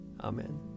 Amen